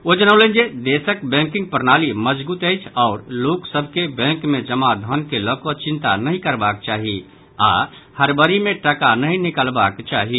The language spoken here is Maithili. ओ जनौलनि जे देशक बैंकिंग प्रणाली मजगूत अछि आओर लोक सभ के बैंक मे जमा धन के लऽ कऽ चिंता नहि करबाक चाही आओर हड़बड़ी मे टाका नहि निकालब चाही